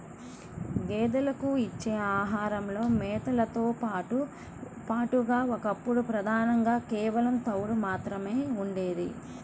గేదెలకు ఇచ్చే ఆహారంలో మేతతో పాటుగా ఒకప్పుడు ప్రధానంగా కేవలం తవుడు మాత్రమే ఉండేది